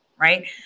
Right